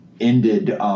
ended